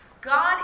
God